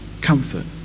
comfort